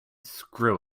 screw